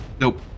Nope